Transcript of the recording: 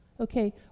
Okay